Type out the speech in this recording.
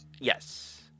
yes